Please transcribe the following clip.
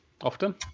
often